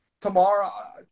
Tomorrow